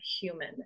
human